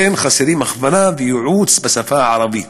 כמו כן חסרים הכוונה וייעוץ בשפה הערבית.